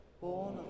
born